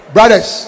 brothers